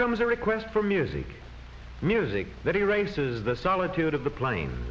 comes a request for music music that erases the solitude of the plane